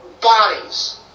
bodies